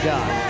God